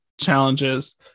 challenges